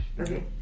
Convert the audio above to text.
Okay